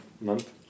month